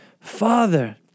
Father